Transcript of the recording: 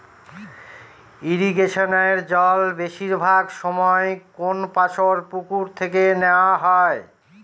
ইরিগেশনের জল বেশিরভাগ সময় কোনপাশর পুকুর থেকে নেওয়া হয়